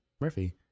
Murphy